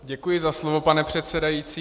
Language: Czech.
Děkuji za slovo, pane předsedající.